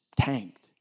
tanked